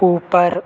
ऊपर